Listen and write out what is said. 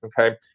okay